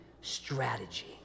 strategy